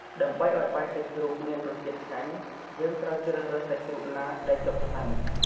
ដើម្បីឱ្យបាយសាច់ជ្រូកមានរសជាតិឆ្ងាញ់ យើងត្រូវជ្រើសរើសសាច់ជ្រូកណាដែលជាប់ខ្លាញ់។